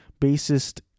bassist